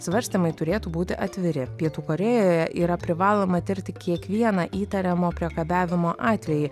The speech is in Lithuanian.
svarstymai turėtų būti atviri pietų korėjoje yra privaloma tirti kiekvieną įtariamo priekabiavimo atvejį